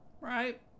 Right